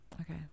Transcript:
Okay